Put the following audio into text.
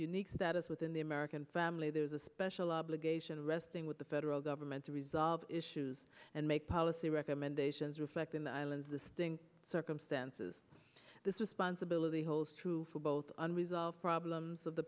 unique status within the american family there's a special obligation resting with the federal government to resolve issues and make policy recommendations reflect in the islands the sting circumstances this responsibility holds true for both unresolved problems of the